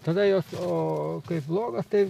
tada jos o kai blogas tai